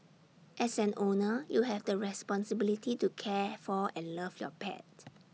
as an owner you have the responsibility to care for and love your pet